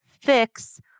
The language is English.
fix